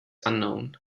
unknown